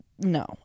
no